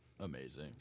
Amazing